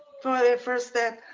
for the first step.